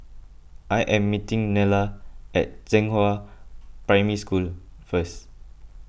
I am meeting Nella at Zhenghua Primary School first